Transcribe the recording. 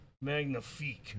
magnifique